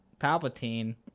palpatine